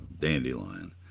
dandelion